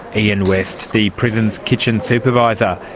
ian west, the prison's kitchen supervisor.